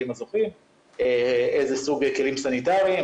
איזה סוג כלים סניטריים,